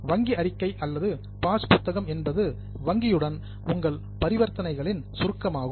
வங்கி அறிக்கை அல்லது பாஸ் புத்தகம் என்பது வங்கியுடன் உங்கள் பரிவர்த்தனைகளின் சுருக்கமாகும்